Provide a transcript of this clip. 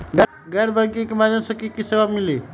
गैर बैंकिंग के माध्यम से की की सेवा मिली?